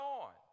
on